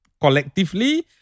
collectively